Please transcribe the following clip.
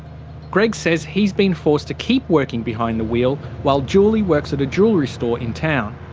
greg says he's been forced to keep working behind the wheel while julie works at a jewellery store in town.